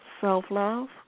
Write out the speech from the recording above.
self-love